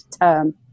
term